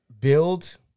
build